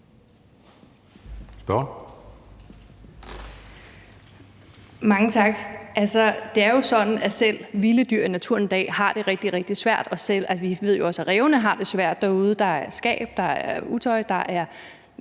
Mange tak. Det er jo sådan, at selv vilde dyr i naturen i dag har det rigtig, rigtig svært. Vi ved også at rævene har det svært derude: Der er skab, der er utøj, der er